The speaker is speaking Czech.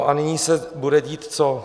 A nyní se bude dít co?